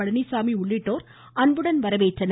பழனிச்சாமி உள்ளிட்டோர் அன்புடன் வரவேற்றனர்